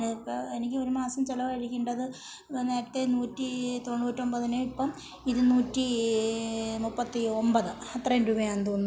അതിനിപ്പോൾ എനിക്ക് ഒരു മാസം ചിലവഴിക്കേണ്ടത് നേരത്തെ നൂറ്റീ തൊണ്ണൂറ്റൊമ്പതിന് ഇപ്പം ഇരുന്നൂറ്റീ മുപ്പത്തി ഒമ്പത് അത്രയും രൂപയാന്ന് തോന്നുന്നു